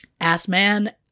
Assman